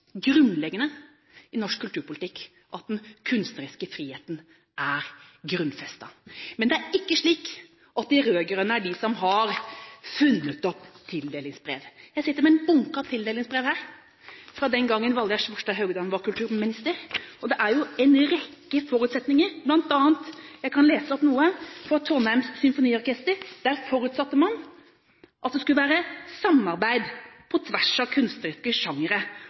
grunnleggende i norsk kulturpolitikk at den kunstneriske friheten er grunnfestet. Men det er ikke slik at det er de rød-grønne som har funnet opp tildelingsbrev. Jeg sitter med en bunke med tildelingsbrev her, fra den gangen Valgerd Svarstad Haugland var kulturminister, og det er en rekke forutsetninger, bl.a. kan jeg lese opp noe som gjelder Trondheim Symfoniorkester, der man forutsatte at det skulle være samarbeid på tvers av